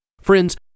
Friends